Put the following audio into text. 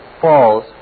falls